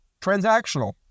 transactional